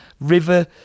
river